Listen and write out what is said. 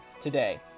today